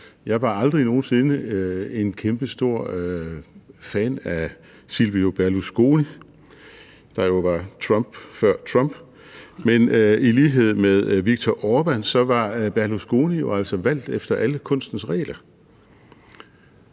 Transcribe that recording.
Jeg var aldrig nogen sinde en kæmpestor fan af Silvio Berlusconi, der jo var Trump før Trump. Men i lighed med Viktor Orbán var Berlusconi jo altså valgt efter alle kunstens regler,